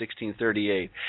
1638